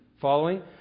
following